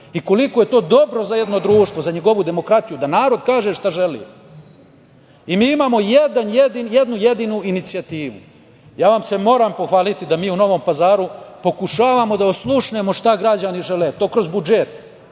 i koliko je to dobro za jedno društvo, za njegovu demokratiju, da narod kaže šta želi. A mi imamo jednu jedinu inicijativu! Moram vam se pohvaliti da mi u Novom Pazaru pokušavamo da oslušnemo šta građani žele, i to kroz budžet.